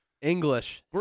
English